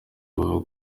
rubavu